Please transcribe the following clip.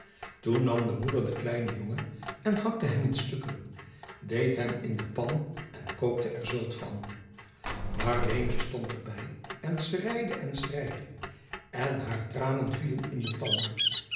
toen nam de moeder den kleinen jongen en hakte hem in stukken deed hem in de pan en kookte er zult van marleentje stond er bij en schreide en schreide en haar tranen vielen in de pan